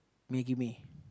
kuala lumpur mee